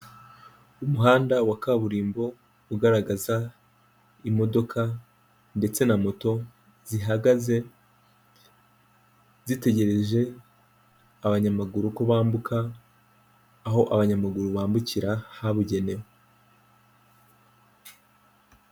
Umuhanda wa kaburimbo ugaragaza imodoka ndetse na moto zihagaze zitegereje abanyamaguru ko bambuka aho abanyamaguru bambukira habugenewe.